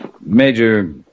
Major